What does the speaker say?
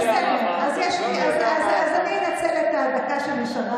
אז אני אשאל שאלה,